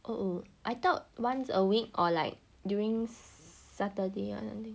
oh I thought once a week or like during saturday [one] I think